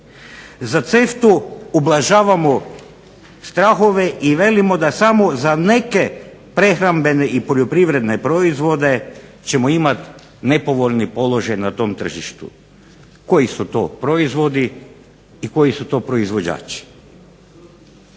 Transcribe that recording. Za cestu ublažavamo strahove i velimo da samo za neke prehrambene i poljoprivredne položaje ćemo imati nepovoljni položaj na tom tržištu. Koji su to proizvodi i koji su to proizvođači?